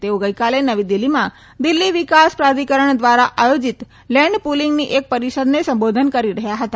તેઓ ગઈકાલે નવી દિલ્હીમાંં દીલ્હી વિકાસ પ્રાધિકરણ દ્વારા આયોજિત લેન્ડ પૂર્લીંગની એક પરિષદને સંબોધિત કરી રહયાં હતા